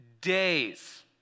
days